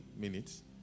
minutes